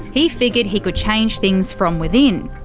he figured he could change things from within.